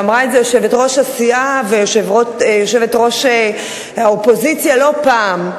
אמרה את זה יושבת-ראש הסיעה ויושבת-ראש האופוזיציה לא פעם.